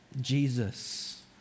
Jesus